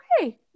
okay